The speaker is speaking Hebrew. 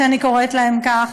שאני קוראת לכם כך,